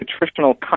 nutritional